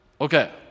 Okay